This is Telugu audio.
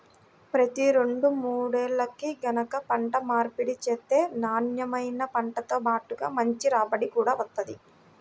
ప్రతి రెండు మూడేల్లకి గనక పంట మార్పిడి చేత్తే నాన్నెమైన పంటతో బాటుగా మంచి రాబడి గూడా వత్తది